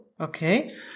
Okay